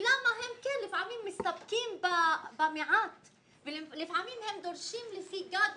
ולמה הם כן לפעמים מסתפקים במעט ולפעמים הם דורשים לפי גג מסוים,